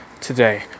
today